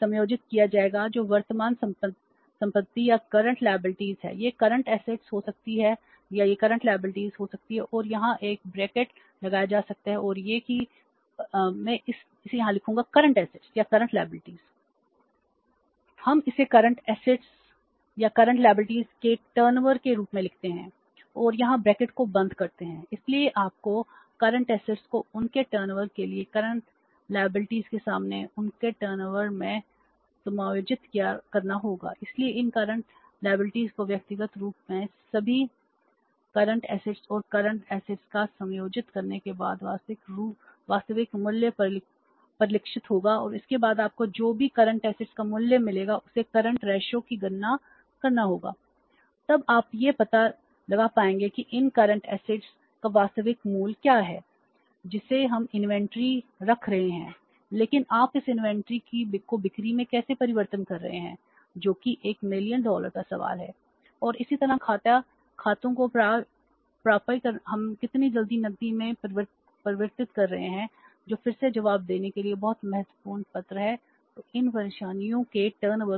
तब आप यह पता लगा पाएंगे कि इन करंट ऐसेट